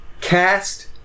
cast